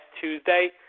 Tuesday